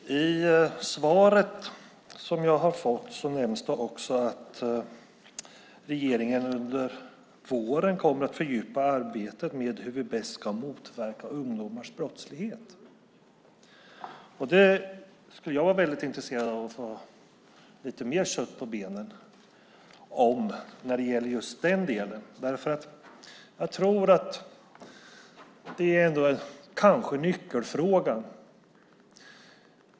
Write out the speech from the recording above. Fru talman! I svaret som jag har fått nämns också att regeringen under våren kommer att fördjupa arbetet med hur vi bäst kan motverka ungdomars brottslighet. Jag är intresserad av att få lite mer kött på benen när det gäller just den delen, för jag tror att det kanske är nyckelfrågan.